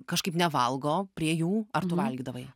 kažkaip nevalgo prie jų ar tu valgydavai